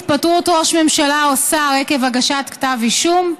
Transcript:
התפטרות ראש הממשלה או שר עקב הגשת כתב אישום),